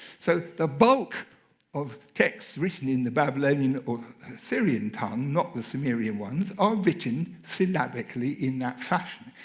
so the bulk of texts written in the babylonian or syrian tongue, not the sumerian ones, are written syllabically in that fashion.